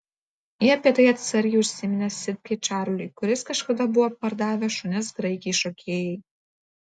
ji apie tai atsargiai užsiminė sitkai čarliui kuris kažkada buvo pardavęs šunis graikei šokėjai